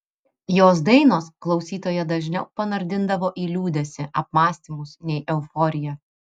jos dainos klausytoją dažniau panardindavo į liūdesį apmąstymus nei euforiją